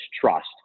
trust